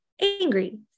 angry